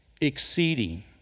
exceeding